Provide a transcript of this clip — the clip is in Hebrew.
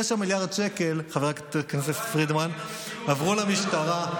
9 מיליארד שקל, חברת הכנסת פרידמן, עברו למשטרה.